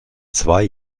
zwei